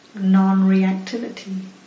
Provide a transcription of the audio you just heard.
non-reactivity